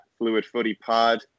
FluidFootyPod